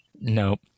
Nope